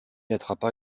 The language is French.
attrapa